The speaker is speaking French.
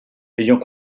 ayant